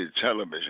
television